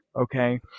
okay